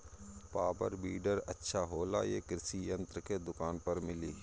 Power weeder अच्छा होला यह कृषि यंत्र के दुकान पर मिली?